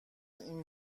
این